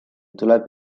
tuleb